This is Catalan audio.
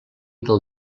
del